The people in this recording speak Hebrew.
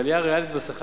העלייה הריאלית בשכר,